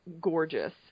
gorgeous